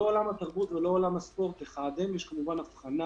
לא עולם התרבות ולא עולם הספורט וכמובן יש הבחנה